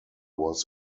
was